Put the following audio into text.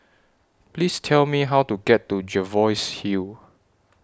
Please Tell Me How to get to Jervois Hill